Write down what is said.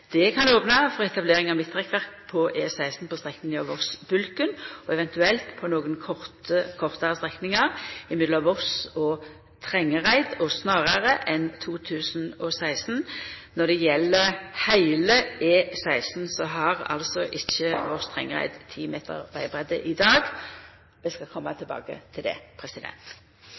Det kan opna for etablering av midtrekkverk på E16 på strekninga Voss–Bulken og eventuelt på nokre kortare strekningar mellom Voss og Trengereid, og snarare enn 2016. Når det gjeld heile E16, har ikkje Voss–Trengereid 10 meter vegbreidd i dag. Eg skal koma tilbake til det.